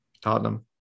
Tottenham